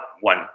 one